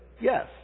yes